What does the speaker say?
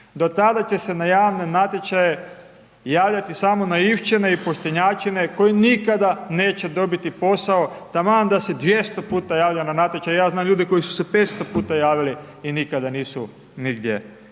Do tada će se na javne natječaje javljati samo naivčine i poštenjačine, koji nikada neće dobiti posao, taman da se 200 puta javlja na natječaje, ja znam ljude koji su se 500 puta javili i nikada nisu nigdje